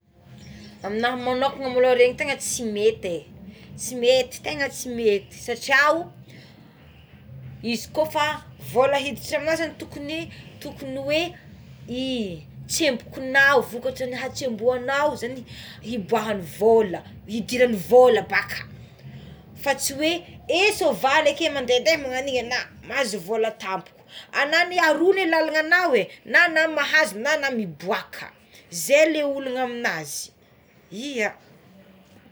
Amignahy magnokana mloha regny tena tsy mety é tegna tsy mety satria o izy ko fa vola iditra amignahy zagny tokony tokony eo i tsembokonao vokatry ny hatsembohanao zagny ny iboahagny ny vola idiragny vola baka fa tsy eo é soavaly ake mandende magnagn'igny ana mahazo vola tampoka anao are aroa ny lalagna agnao é na anao mahazo na anao miboaka ze le olagna amign'azy ia.